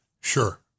Sure